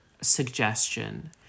suggestion